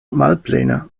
malplena